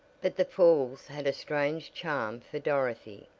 but the falls had a strange charm for dorothy,